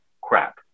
crap